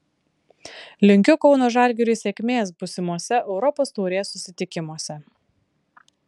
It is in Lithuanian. linkiu kauno žalgiriui sėkmės būsimose europos taurės susitikimuose